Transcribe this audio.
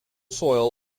soil